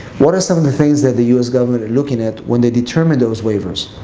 what are some of the things that the u s. government are looking at when they determined those waivers?